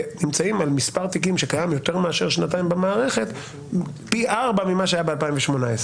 אנחנו נמצאים על מספר תיקים גדול פי 4 ממה שהיה ב-2017.